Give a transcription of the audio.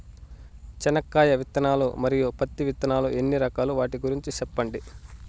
చెనక్కాయ విత్తనాలు, మరియు పత్తి విత్తనాలు ఎన్ని రకాలు వాటి గురించి సెప్పండి?